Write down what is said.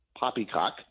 Poppycock